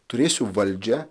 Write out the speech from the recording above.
turėsiu valdžią